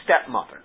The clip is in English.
stepmother